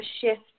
shift